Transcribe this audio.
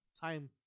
time